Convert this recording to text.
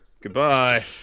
Goodbye